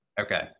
Okay